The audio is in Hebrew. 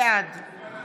בעד מאי גולן,